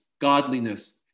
godliness